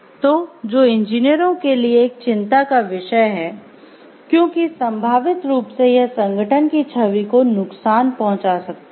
तो जो इंजीनियरों के लिए एक चिंता का विषय हैं क्योंकि संभावित रूप से यह संगठन की छवि को नुकसान पहुंचा सकता है